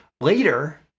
later